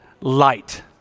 Light